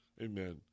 Amen